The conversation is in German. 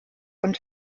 und